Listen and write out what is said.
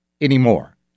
anymore